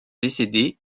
décédés